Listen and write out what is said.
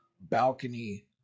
balcony